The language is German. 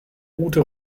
gute